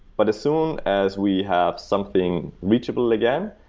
but as soon as we have something reachable again,